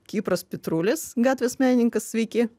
kipras petrulis gatvės menininkas sveiki